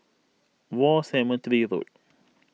War Cemetery Road